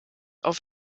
auf